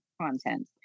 content